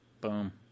Boom